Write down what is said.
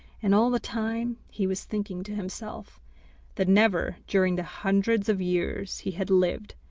and all the time he was thinking to himself that never, during the hundreds of years he had lived,